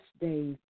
days